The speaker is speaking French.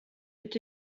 est